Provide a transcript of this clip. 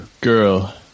girl